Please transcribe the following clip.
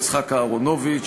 יצחק אהרונוביץ,